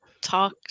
talk